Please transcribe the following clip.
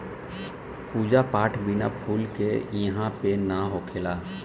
पूजा पाठ बिना फूल के इहां पे ना होखेला